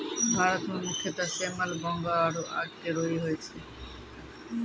भारत मं मुख्यतः सेमल, बांगो आरो आक के रूई होय छै